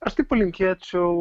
aš tik palinkėčiau